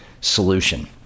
solution